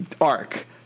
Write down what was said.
arc